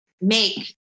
make